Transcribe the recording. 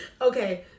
okay